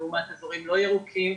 לעומת אזורים לא ירוקים.